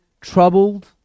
troubled